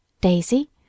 Daisy